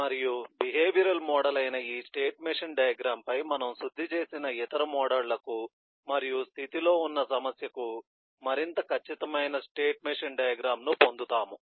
మరియు behavioural model అయిన ఈ స్టేట్ మెషిన్ డయాగ్రమ్ పై మనము శుద్ధి చేసిన ఇతర మోడళ్లకు మరియు స్థితిలో ఉన్న సమస్యకు మరింత ఖచ్చితమైన స్టేట్ మెషిన్ డయాగ్రమ్ ను పొందుతాము